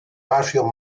barrio